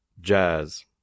jazz